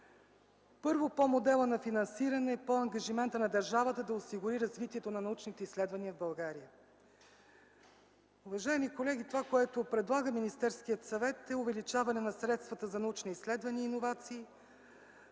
Първо, по модела на финансиране, по ангажимента на държавата да осигури развитието на научните изследвания в България. Уважаеми колеги, това, което предлага Министерският съвет, е увеличаване на средствата за научни изследвания и иновации